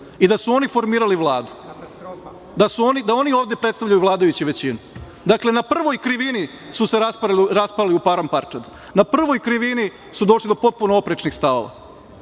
i da su oni formirali Vladu, da oni ovde predstavljaju vladajuću većinu. Dakle, na prvoj krivini su se raspali u param parčad, na prvoj krivini su došli do potpuno oprečnih stavova.